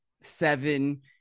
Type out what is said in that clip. Seven